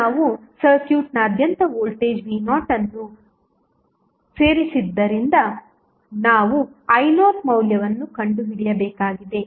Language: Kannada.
ಈಗ ನಾವು ಸರ್ಕ್ಯೂಟ್ನಾದ್ಯಂತ ವೋಲ್ಟೇಜ್ v0 ಅನ್ನು ಸೇರಿಸಿದ್ದರಿಂದ ನಾವು i0 ಮೌಲ್ಯವನ್ನು ಕಂಡುಹಿಡಿಯಬೇಕಾಗಿದೆ